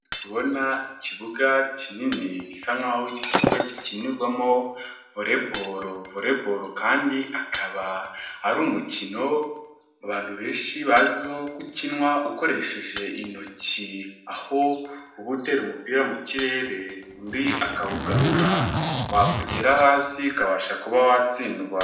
Ndikubona ikibuga kinini gisa nkaho icya kibuga gikinirwamo voleboro, voleboro kandi ukaba ari umukino abantu benshi bazwiho ko ukinwa ukoresheje intoki, aho uba utera umupira mu kirere undi akawugarura wagera hasi ukabasha kuba watsindwa.